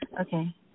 Okay